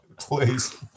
please